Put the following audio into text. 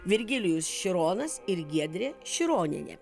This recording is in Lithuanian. virgilijus šironas ir giedrė šironienė